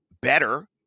better